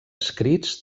escrits